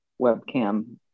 webcam